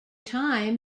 time